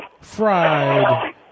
fried